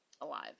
alive